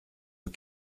aux